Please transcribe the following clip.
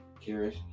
curious